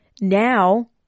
now